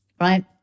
Right